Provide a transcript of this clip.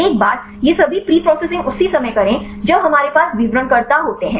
एक बार ये सभी प्रीप्रोसेसिंग उसी समय करें जब हमारे पास विवरणकर्ता होते हैं